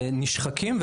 נשחקים.